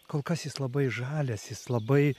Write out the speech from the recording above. kol kas jis labai žalias jis labai